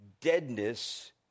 deadness